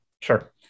Sure